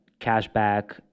cashback